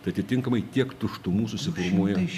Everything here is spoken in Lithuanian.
tai atitinkamai tiek tuštumų susiformuoja